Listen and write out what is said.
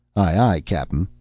aye-aye, cap'n,